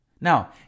Now